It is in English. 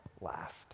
last